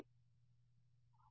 విద్యార్థి బహుళ